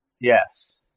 yes